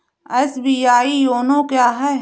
SBI YONO क्या है?